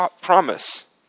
promise